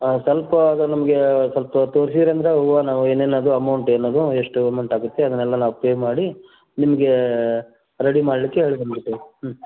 ಹಾಂ ಸ್ವಲ್ಪಾ ಅದು ನಮಗೇ ಸ್ವಲ್ಪ ತೋರಿಸಿದಂದ್ರೆ ಹೂವ ನಾವು ಏನೇನದು ಅಮೌಂಟ್ ಏನದು ಅಷ್ಟು ಅಮೌಂಟ್ ಆಗುತ್ತೆ ಅದನ್ನೆಲ್ಲಾ ನಾವು ಪೇ ಮಾಡಿ ನಿಮಗೆ ರೆಡಿ ಮಾಡಲಿಕ್ಕೆ ಹೇಳಿ ಬಂದ್ಬಿಡ್ತಿವಿ ಹ್ಞೂ